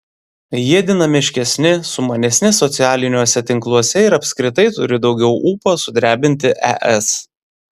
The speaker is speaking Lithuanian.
jie dinamiškesni sumanesni socialiniuose tinkluose ir apskritai turi daugiau ūpo sudrebinti es